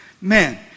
Man